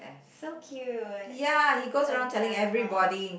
so cute that's adorable